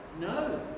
No